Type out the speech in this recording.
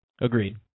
Agreed